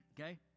Okay